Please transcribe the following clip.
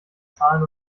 zahlen